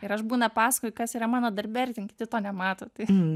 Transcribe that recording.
ir aš būna pasakoju kas yra mano darbe ir ten kiti to nemato tai